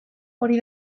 hori